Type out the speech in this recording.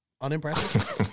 Unimpressed